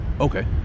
okay